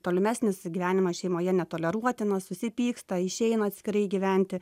tolimesnis gyvenimas šeimoje netoleruotinas susipyksta išeina atskirai gyventi